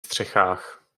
střechách